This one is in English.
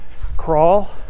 crawl